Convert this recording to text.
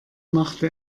machte